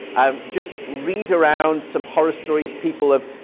um just read around, some horror stories. people have